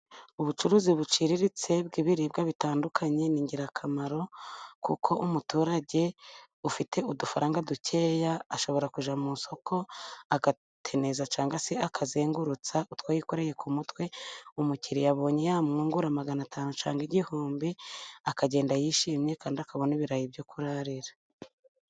Ubucuruzi buciriritse bw'ibiribwa bitandukanye ni ingirakamaro, kuko umuturage ufite udufaranga dukeya ashobora kujya mu isoko agateneza cyangwa se akazengurutsa utwo yikoreye ku mutwe, umukiriya abonye yamwungura magana atanu cyangwa igihumbi, akagenda yishimye kandi akabona ibirayi byo kurarira.